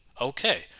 okay